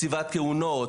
קציבת כהונות,